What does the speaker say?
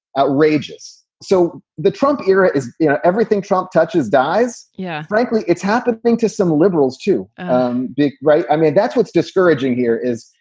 outrageous. so the trump era is yeah everything trump touches dies. yeah. frankly, it's happened to some liberals. too big. right. i mean, that's what's discouraging here is,